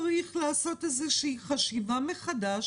צריך לעשות חשיבה מחדש